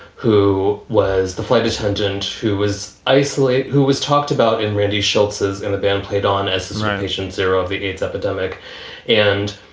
who was the flight attendant, who was isolate, who was talked about in randy shultz's in the band, played on as a patient zero of the aids epidemic and.